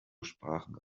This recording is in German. sprachen